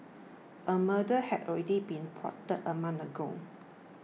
a murder had already been plotted a month ago